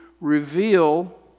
reveal